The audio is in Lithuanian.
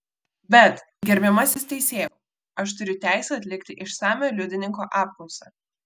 bet gerbiamasis teisėjau aš turiu teisę atlikti išsamią liudininko apklausą